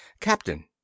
Captain